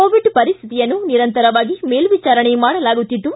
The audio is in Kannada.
ಕೋವಿಡ್ ಪರಿಸ್ವಿತಿಯನ್ನು ನಿರಂತರವಾಗಿ ಮೇಲ್ವಿಚಾರಣೆ ಮಾಡಲಾಗುತ್ತಿದ್ದು